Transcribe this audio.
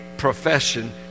profession